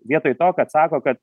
vietoj to kad sako kad